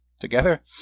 together